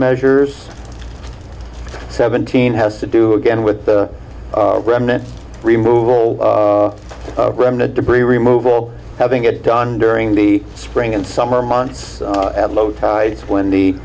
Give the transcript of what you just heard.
measures seventeen has to do again with the remnant removal remnant debris removal having it done during the spring and summer months at low tide when the